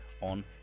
on